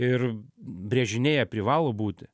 ir brėžiniai jie privalo būti